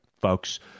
folks